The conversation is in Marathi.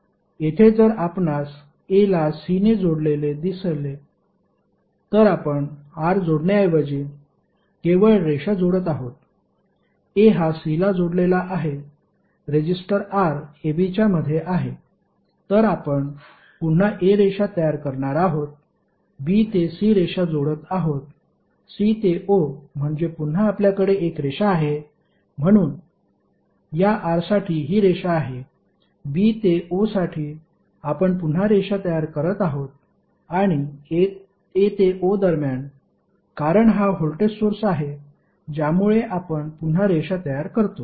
येथे जर आपणास a ला c ने जोडलेले दिसले तर आपण R जोडण्याऐवजी केवळ रेषा जोडत आहोत a हा c ला जोडलेला आहे रेजिस्टर R ab च्या मधे आहे तर आपण पुन्हा a रेषा तयार करणार आहोत b ते c रेषा जोडत आहोत c ते o म्हणजे पुन्हा आपल्याकडे एक रेषा आहे म्हणून या R साठी ही रेषा आहे b ते o साठी आपण पुन्हा रेषा तयार करत आहोत आणि a ते o दरम्यान कारण हा व्होल्टेज सोर्स आहे ज्यामुळे आपण पुन्हा रेषा तयार करतो